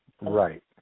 Right